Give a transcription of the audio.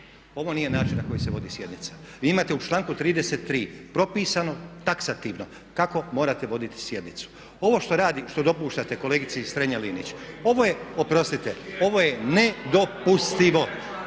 ovo nije način na koji se vodi sjednica. Vi imate u članku 33. propisano taksativno kako morate voditi sjednicu. Ovo što radi, što dopuštate kolegici Strenja-Linić, ovo je, oprostite, ovo je nedopustivo.